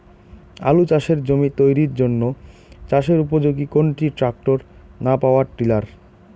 আলু চাষের জমি তৈরির জন্য চাষের উপযোগী কোনটি ট্রাক্টর না পাওয়ার টিলার?